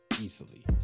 Easily